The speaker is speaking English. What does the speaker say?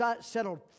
settled